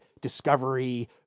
discovery